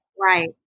Right